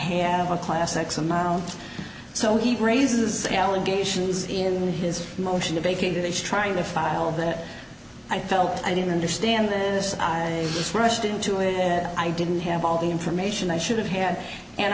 have a class x amount so he raises allegations in his motion a baking dish trying to file that i felt i didn't understand this i just rushed into it i didn't have all the information i should have had and